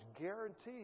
guaranteed